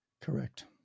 Correct